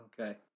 okay